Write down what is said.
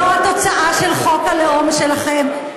זו התוצאה של חוק הלאום שלכם.